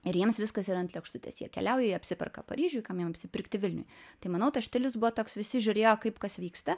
ir jiems viskas yra ant lėkštutės jie keliauja jie apsiperka paryžiuj kam joms jį pirkti vilniuj tai manau tas štilius buvo toks visi žiūrėjo kaip kas vyksta